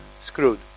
screwed